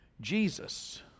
jesus